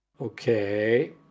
Okay